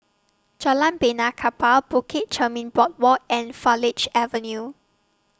Jalan Benaan Kapal Bukit Chermin Boardwalk and Farleigh Avenue